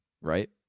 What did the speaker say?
right